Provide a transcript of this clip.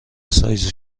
سایز